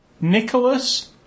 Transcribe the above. Nicholas